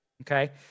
Okay